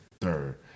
third